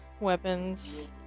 weapons